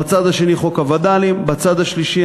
בצד השני,